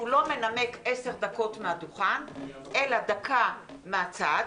לא מנמק 10 דקות מהדוכן אלא דקה מהצד,